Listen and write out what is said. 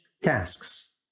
tasks